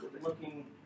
looking